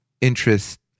interest